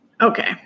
Okay